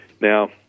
Now